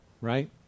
right